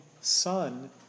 son